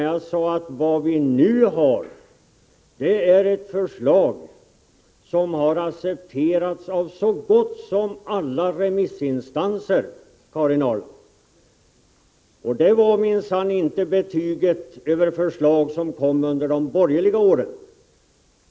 Jag sade att vad vi nu har är ett förslag som har accepterats av så gott som alla remissinstanser, Karin Ahrland. Och det var minsann inte betyget över förslag som kom under de borgerliga åren.